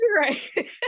Right